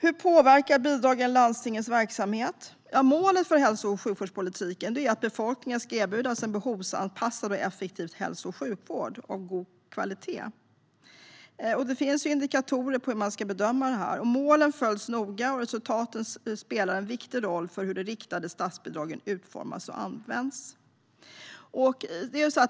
Hur påverkar bidragen landstingens verksamhet? Målet för hälso och sjukvårdspolitiken är att befolkningen ska erbjudas en behovsanpassad och effektiv hälso och sjukvård av god kvalitet. Det finns indikatorer för hur detta ska bedömas. Målen följs noga, och resultaten spelar en viktig roll för hur de riktade statsbidragen utformas och används.